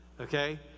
okay